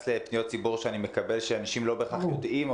לפניות ציבור שאני מקווה שאנשים לא בקיאים.